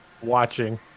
watching